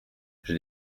j’ai